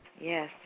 Yes